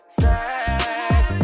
sex